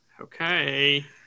Okay